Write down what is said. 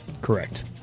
Correct